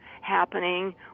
happening